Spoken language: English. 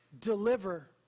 deliver